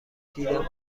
دیدن